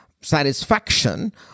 satisfaction